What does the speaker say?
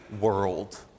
world